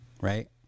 right